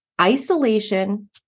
isolation